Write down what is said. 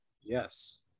Yes